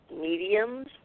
mediums